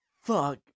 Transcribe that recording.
fuck